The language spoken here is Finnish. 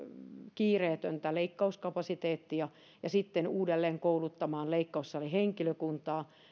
kiireetöntä leikkauskapasiteettia ja sitten sekä uudelleenkouluttamaan leikkaussalihenkilökuntaa